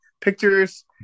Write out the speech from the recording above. pictures